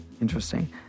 Interesting